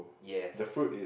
yes